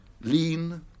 lean